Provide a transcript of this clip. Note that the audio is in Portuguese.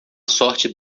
sorte